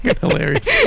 hilarious